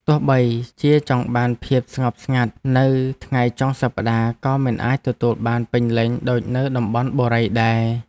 ទោះបីជាចង់បានភាពស្ងប់ស្ងាត់នៅថ្ងៃចុងសប្តាហ៍ក៏មិនអាចទទួលបានពេញលេញដូចនៅតំបន់បុរីដែរ។